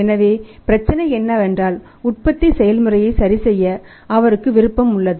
எனவே பிரச்சினை என்னவென்றால் உற்பத்தி செயல்முறையை சரிசெய்ய அவருக்கு விருப்பம் உள்ளது